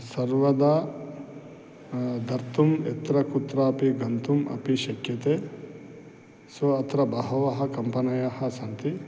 सर्वदा धर्तुं यत्र कुत्रापि गन्तुम् अपि शक्यते सो अत्र बहवः कम्पनी यः सन्ति